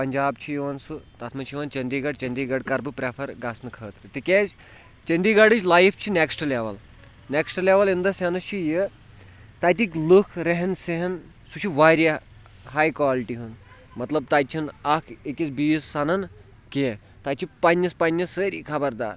پَنٛجاب چھُ یِوان سُہ تَتھ منٛز چھِ یِوان چٔندی گڑھ چٔندی گڑھ کرٕ بہٕ پرٛٮ۪فَر گژھنہٕ خٲطرٕ تِکیٛازِ چٔندی گڑھٕچ لایف چھِ next level next level in the sense چھِ یہِ تَتِکۍ لٕکھ رہن سہن سُہ چھُ واریاہ ہَے کالٹی ہُنٛد مطلب تَتہِ چھِنہٕ اکھ أکِس بیٚیِس سَنان کیٚنٛہہ تَتہِ چھِ پَنٛنِس پَنٛنِس سٲری خبردار